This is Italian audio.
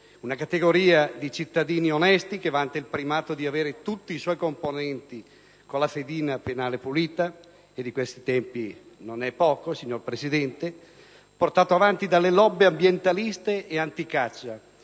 una categoria di cittadini onesti che vanta il primato di avere tutti i suoi componenti con la fedina penale pulita, e di questi tempi, signora Presidente, non è poco - portato avanti dalle *lobby* ambientaliste e anticaccia